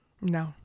No